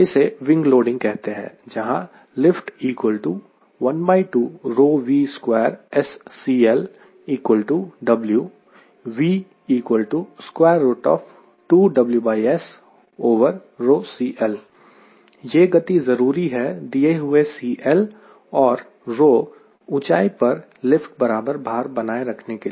इसे wing loading कहते हैं जहां Refer Time 1317 यह गति जरूरी है दिए हुए CLऔर 𝜌 ऊंचाई पर लिफ्ट बराबर भार बनाए रखने के लिए